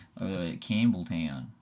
Campbelltown